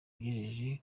ujejwe